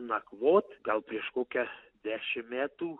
nakvot gal prieš kokią dešimt metų